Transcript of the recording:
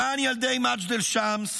למען ילדי מג'דל שמס,